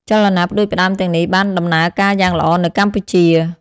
ចលនាផ្តួចផ្តើមទាំងនេះបានដំណើរការយ៉ាងល្អនៅកម្ពុជា។